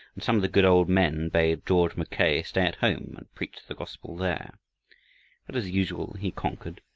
and some of the good old men bade george mackay stay at home and preach the gospel there. but as usual he conquered.